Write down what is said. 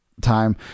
time